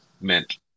meant